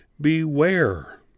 Beware